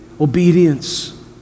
obedience